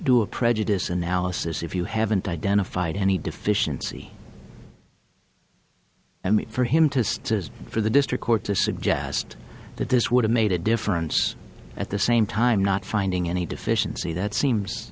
do a prejudice analysis if you haven't identified any deficiency and for him to stay for the district court to suggest that this would have made a difference at the same time not finding any deficiency that seems